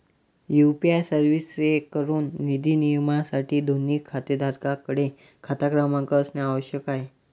UPI सर्व्हिसेसएकडून निधी नियमनासाठी, दोन्ही खातेधारकांकडे खाता क्रमांक असणे आवश्यक आहे